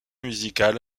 musical